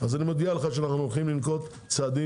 אז אני מודיע לך שאנו הולכים לנקוט צעדים